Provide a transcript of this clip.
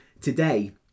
today